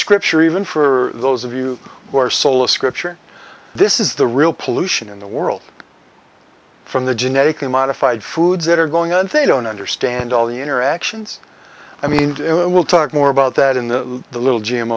scripture even for those of you who are sola scriptura this is the real pollution in the world from the genetically modified foods that are going on they don't understand all the interactions i mean we'll talk more about that in the the little g